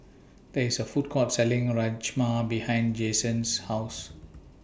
There IS A Food Court Selling Rajma behind Jasen's House